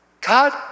God